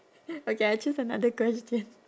okay I choose another question